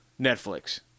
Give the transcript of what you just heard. Netflix